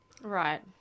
Right